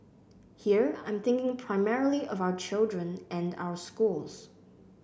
here I'm thinking primarily of our children and our schools